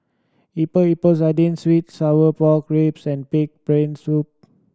Epok Epok Sardin sweet sour pork ribs and pig brain soup